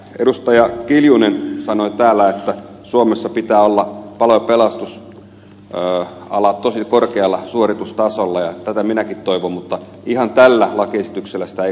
anneli kiljunen sanoi täällä että suomessa pitää olla palo ja pelastusala tosi korkealla suoritustasolla ja tätä minäkin toivon mutta ihan tällä lakiesityksellä sitä ei korjata